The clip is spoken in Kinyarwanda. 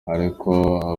ariko